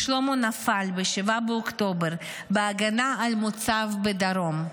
שלמה נפל ב-7 באוקטובר בהגנה על מוצב בדרום.